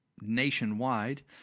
nationwide